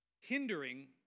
hindering